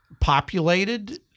populated